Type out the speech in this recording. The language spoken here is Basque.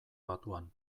batuan